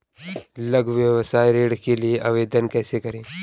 लघु व्यवसाय ऋण के लिए आवेदन कैसे करें?